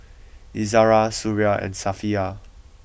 Izara Suria and Safiya